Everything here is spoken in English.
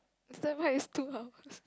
is that why it's two hours